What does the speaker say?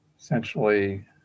essentially